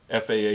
FAA